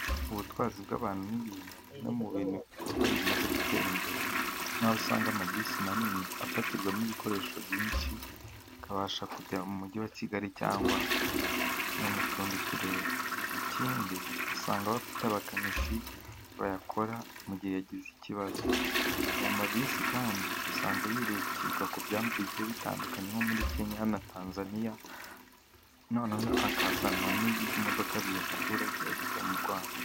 Ubutwazi bw'abantu n'ibintu ni bimwe mu bintu bikorwa bimaze gutera imbere. Nk'aho usanga ama bisi manini apakirwamo ibikoresho byinshi, akabasha kujya mu mujyi wa kigali cyangwa no mu tundi turere. Ikindi usanga bafite abakanishi bayakora mu gihe yagize ikibazo. Aya mabisi kandi usanga yurukirwa ku byambu bigiye bitandukanye nko muri Kenya na Tanzania, noneho akazanwa n'ibimodoka biyakurura biyageza mu Rwanda.